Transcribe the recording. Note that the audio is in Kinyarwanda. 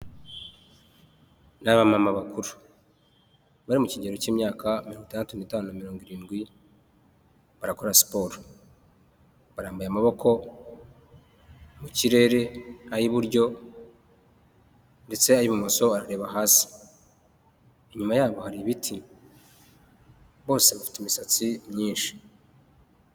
Ni abamama bakuru bari mu kigero cy'imyaka mirongo itadatun' itanu na mirongo irindwi barakora siporo, barambuye amaboko mu kirere ay'iburyo ndetse ay'ibumoso arareba hasi, inyuma yabo hari ibiti, bose bafite imisatsi myinshi.